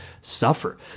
suffer